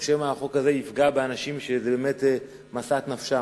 או שמא החוק הזה יפגע באנשים שזו באמת משאת נפשם.